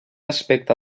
aspecte